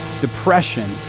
depression